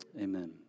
Amen